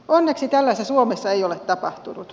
onneksi tällaista suomessa ei ole tapahtunut